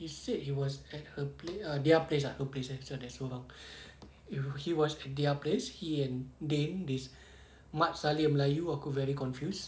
he said he was at her play ah their place ah her place there there so long if he was their place he and din this mat salleh melayu aku very confused